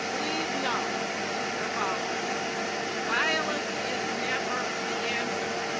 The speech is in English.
please know the following violence is never the answer.